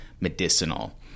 medicinal